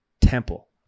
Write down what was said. Temple